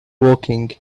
woking